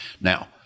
Now